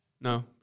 No